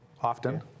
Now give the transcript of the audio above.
often